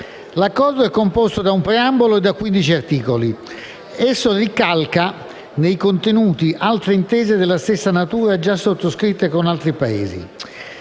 L'Accordo è composto da un preambolo e da 15 articoli e ricalca nei contenuti altre intese della stessa natura già sottoscritte con altri Paesi.